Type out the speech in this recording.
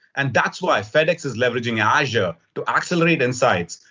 and that's why fedex is leveraging azure to accelerate insights,